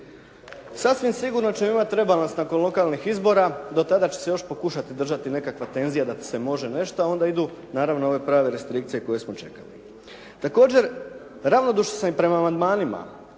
Sasvim sigurno ćemo imati rebalans nakon lokalnih izbora. Do tada će se još pokušati držati nekakva tenzija da se može nešto a onda idu naravno ove prave restrikcije koje smo čekali. Također ravnodušan sam i prema amandmanima.